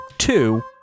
Two